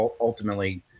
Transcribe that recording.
ultimately